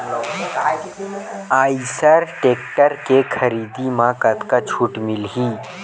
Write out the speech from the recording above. Eicher tractor के खरीदी म कतका छूट मिलही?